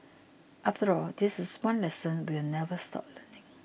after all this is one lesson we will never stop learning